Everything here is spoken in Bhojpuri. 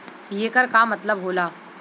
येकर का मतलब होला?